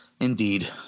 indeed